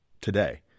today